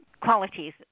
qualities